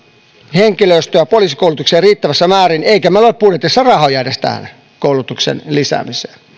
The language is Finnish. henkilöstöä poliisikoulutukseen riittävässä määrin eikä meillä ole budjetissa edes rahoja tähän koulutuksen lisäämiseen